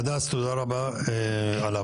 הדס, תודה רבה על ההבהרה.